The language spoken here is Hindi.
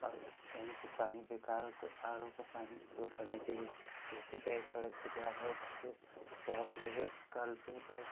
और कहीं पर पानी बेकार हो तो आर ओ का पानी उपयोग करना चाहिए जैसे कहीं सड़क पर जा रहे तो प्यास लगे कल पर तो